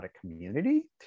community